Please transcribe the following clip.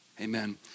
Amen